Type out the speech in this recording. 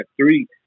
three